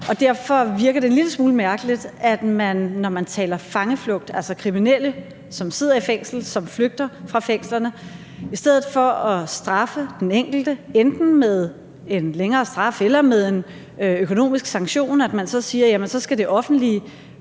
Derfor virker det en lille smule mærkeligt, at man, når der er tale om fangeflugt, altså om kriminelle, som sidder i et fængsel, og som flygter fra fængslet, i stedet for at straffe den enkelte enten med en længere straf eller med en økonomisk sanktion siger, at det offentlige skal